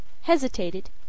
hesitated